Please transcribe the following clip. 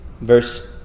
Verse